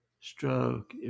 stroke